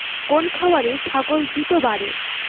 কোন খাওয়ারে ছাগল দ্রুত বাড়ে?